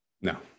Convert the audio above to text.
No